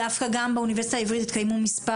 דווקא גם באונ' העברית התקיימו מספר